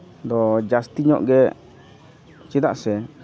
ᱫᱚ ᱡᱟᱹᱥᱛᱤ ᱧᱚᱜ ᱜᱮ ᱪᱮᱫᱟᱜ ᱥᱮ